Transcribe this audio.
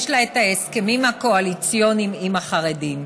יש לה ההסכמים הקואליציוניים עם החרדים.